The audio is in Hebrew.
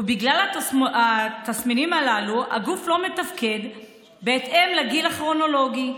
ובגלל התסמינים הללו הגוף לא מתפקד בהתאם לגיל הכרונולוגי.